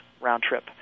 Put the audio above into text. round-trip